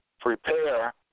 prepare